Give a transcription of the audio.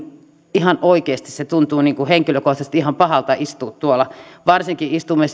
ihan oikeasti se tuntuu henkilökohtaisesti ihan pahalta istua tuolla varsinkin kun istumme